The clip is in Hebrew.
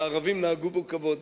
והערבים נהגו בו כבוד.